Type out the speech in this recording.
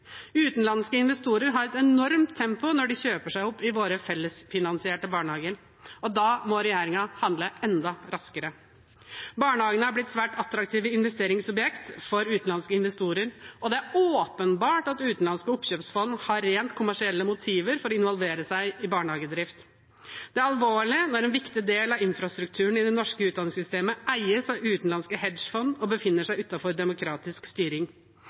Utenlandske investorer har et enormt tempo når de kjøper seg opp i våre fellesfinansierte barnehager, og da må regjeringen handle enda raskere. Barnehagene har blitt svært attraktive investeringsobjekt for utenlandske investorer, og det er åpenbart at utenlandske oppkjøpsfond har rent kommersielle motiver for å involvere seg i barnehagedrift. Det er alvorlig når en viktig del av infrastrukturen i det norske utdanningssystemet eies av utenlandske hedgefond og befinner seg utenfor demokratisk styring.